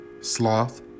sloth